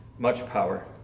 much power.